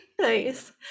Nice